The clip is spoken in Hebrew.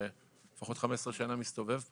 לפחות 15 שנה מסתובב פה,